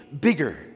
bigger